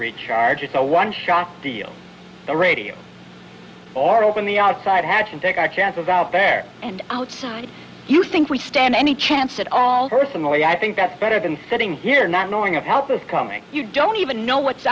recharge it's a one shot deal the radio or open the outside hatch and take our chances out there and outside you think we stand any chance at all personally i think that's better than sitting here not knowing if help is coming you don't even know what's